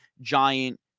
Giant